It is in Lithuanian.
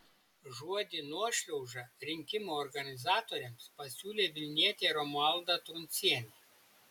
žodį nuošliauža rinkimų organizatoriams pasiūlė vilnietė romualda truncienė